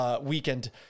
weekend